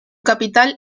capital